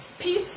Peace